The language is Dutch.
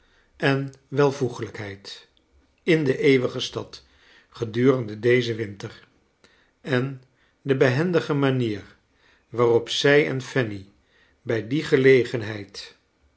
en welvoegelijkheid in de eeuwige stad gedurende dezen winter en de behendige manier waar op zij en fanny bij die gelegenheid